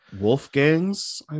Wolfgang's